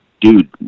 dude